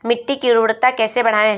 मिट्टी की उर्वरता कैसे बढ़ाएँ?